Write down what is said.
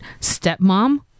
Stepmom